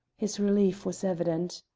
his relief was evident.